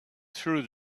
through